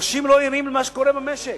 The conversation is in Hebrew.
אנשים לא ערים למה שקורה במשק.